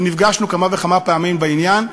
ונפגשנו כמה וכמה פעמים בעניין,